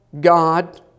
God